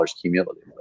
cumulatively